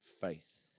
faith